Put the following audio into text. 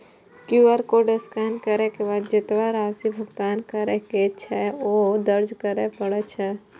QR code scan करै के बाद जेतबा राशि भुगतान करै के छै, ओ दर्ज करय पड़ै छै